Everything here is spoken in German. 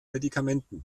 medikamenten